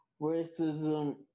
racism